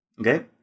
Okay